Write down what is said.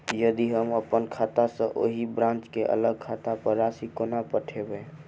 यदि हम अप्पन खाता सँ ओही ब्रांच केँ अलग खाता पर राशि कोना पठेबै?